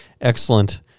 Excellent